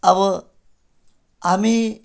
अब हामी